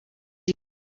you